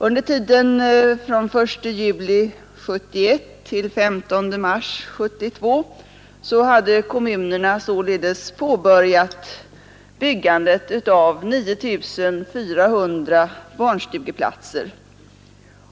Under tiden från den 1 juli 1971 till den 15 mars 1972 hade kommunerna således påbörjat byggandet av 9 400 barnstugeplatser.